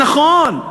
נכון.